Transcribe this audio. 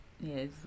Yes